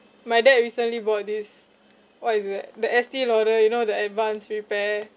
my dad recently bought this what is it the estee lauder you know the advanced repair